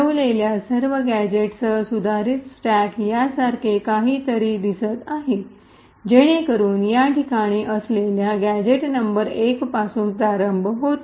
ठेवलेल्या सर्व गॅझेटसह सुधारित स्टॅक यासारखे काहीतरी दिसत आहे जेणेकरून या ठिकाणी असलेल्या गॅझेट नंबर १ पासून प्रारंभ होते